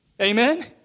Amen